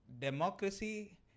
democracy